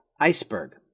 Iceberg